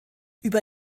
über